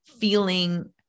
feeling